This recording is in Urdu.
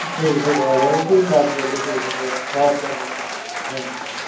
ٹھیک ہے ٹھیک ہے آجاؤ پھر بات کر لیتے ہیں آتے ہیں آتے ہیں تھینک یو